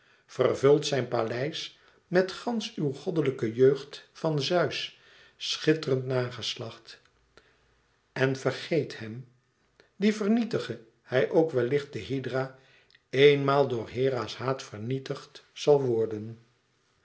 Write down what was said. vervult zijn paleis met gansch uw goddelijke jeugd van zeus schitterend nageslacht en vergeet hem die vernietige hij ook wellicht de hydra eenmaal door hera's haat vernietigd zal worden